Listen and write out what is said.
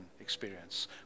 experience